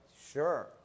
sure